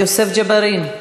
יוסף ג'בארין.